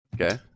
Okay